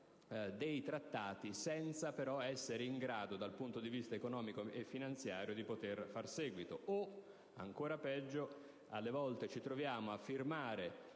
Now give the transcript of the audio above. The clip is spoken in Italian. dei trattati senza però essere in grado, dal punto di vista economico e finanziario, di darvi seguito o, ancora peggio, ci troviamo alle